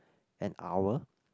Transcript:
an hour